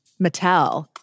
Mattel